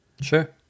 Sure